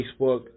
Facebook